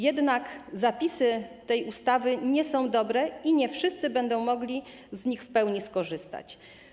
Jednak zapisy tej ustawy nie są dobre i nie wszyscy będą mogli z nich w pełni skorzystać.